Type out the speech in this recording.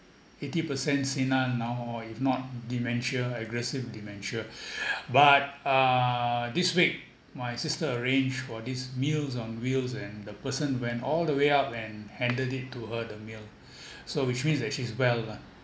eighty percent senile now or if not dementia aggressive dementia but uh this week my sister arrange for these meals on wheels and the person went all the way up and handed it to her the meal so which means that she's well lah